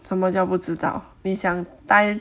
怎么叫不知道你想待